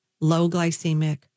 low-glycemic